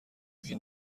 این